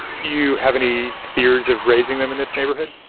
do you have any fears of raising them in this neighborhood?